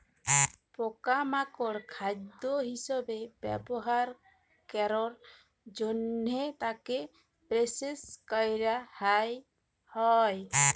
পকা মাকড় খাদ্য হিসবে ব্যবহার ক্যরের জনহে তাকে প্রসেস ক্যরা হ্যয়ে হয়